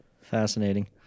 Fascinating